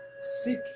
seek